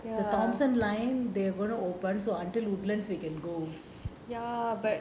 the thomson line they are going to open so until woodlands we can go